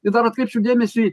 i dar atkreipčiau dėmesį